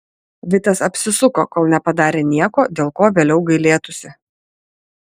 vitas apsisuko kol nepadarė nieko dėl ko vėliau gailėtųsi